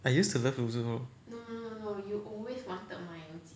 I used to love 卤猪肉